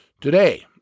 Today